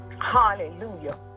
Hallelujah